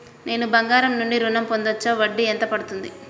నేను బంగారం నుండి ఋణం పొందవచ్చా? వడ్డీ ఎంత పడుతుంది?